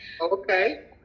Okay